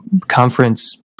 conference